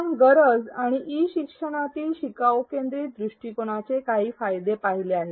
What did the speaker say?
आपण गरज आणि ई शिक्षणातील शिकाऊ केंद्रीत दृष्टिकोनाचे काही फायदे पाहिले आहे